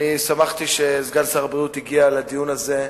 שמחתי שסגן שר הבריאות הגיע לדיון הזה,